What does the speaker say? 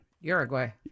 Uruguay